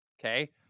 okay